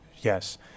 Yes